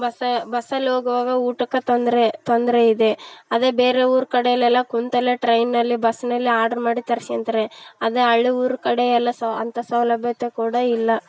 bus ಬಸ್ಸಲ್ಲಿ ಹೋಗುವಾಗ ಊಟಕ್ಕೆ ತೊಂದರೆ ತೊಂದರೆಯಿದೆ ಅದೇ ಬೇರೆ ಊರು ಕಡೆಯೆಲ್ಲ ಎಲ್ಲ ಕುಂತಲ್ಲೇ ಟ್ರೈನಲ್ಲೇ ಬಸ್ನಲ್ಲೇ ಆಡ್ರ್ ಮಾಡಿ ತರಿಸ್ಕೋತಾರೆ ಅದೇ ಹಳ್ಳಿ ಊರು ಕಡೆಯೆಲ್ಲ ಸೌ ಅಂತ ಸೌಲಭ್ಯತೆ ಕೂಡ ಇಲ್ಲ